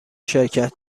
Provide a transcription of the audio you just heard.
شرکت